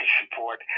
support